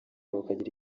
bakagira